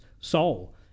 soul